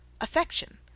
affection